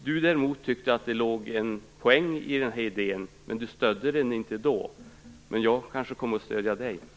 Roland Larsson tyckte däremot att det låg en poäng i idén, men han stödde den inte då. Men jag kanske kommer att stödja Roland Larsson.